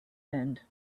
end